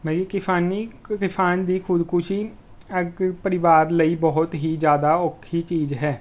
ਮਈ ਕਿਸਾਨੀ ਕਿਸਾਨ ਦੀ ਖੁਦਕੁਸ਼ੀ ਪਰਿਵਾਰ ਲਈ ਬਹੁਤ ਹੀ ਜ਼ਿਆਦਾ ਔਖੀ ਚੀਜ਼ ਹੈ